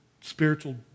spiritual